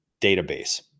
database